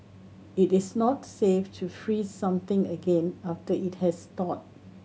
it is not safe to freeze something again after it has thawed